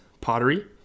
pottery